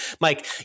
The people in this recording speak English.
Mike